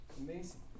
Amazing